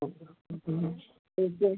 ആ